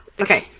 Okay